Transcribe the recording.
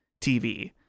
TV